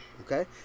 Okay